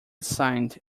signed